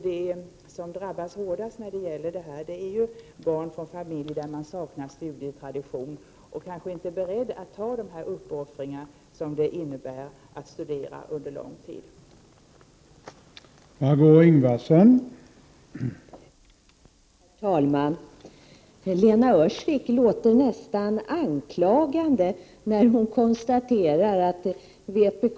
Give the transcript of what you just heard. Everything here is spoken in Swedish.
De som drabbas hårdast av skuldbördan är barn från familjer som saknar studietradition och som kanske inte är beredda att ta de uppoffringar som studier under lång tid innebär.